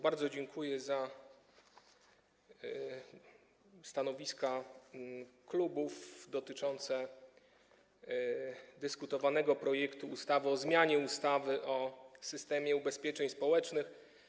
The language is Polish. Bardzo dziękuję za stanowiska klubów dotyczące dyskutowanego projektu ustawy o zmianie ustawy o systemie ubezpieczeń społecznych.